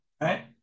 right